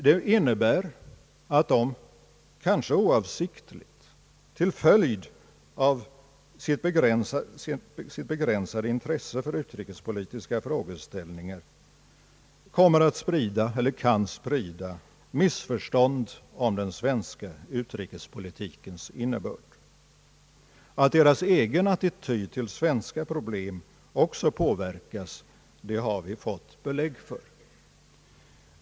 Detta innebär att de, kanske oavsiktligt, till följd av sitt begränsade intresse för utrikespolitiska frågeställningar kan sprida missförstånd om den svenska utrikespolitikens innebörd. Att deras egen attityd till svenska problem också påverkas har vi fått belägg för.